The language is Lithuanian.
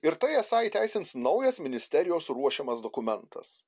ir tai esą įteisins naujas ministerijos ruošiamas dokumentas